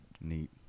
neat